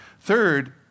Third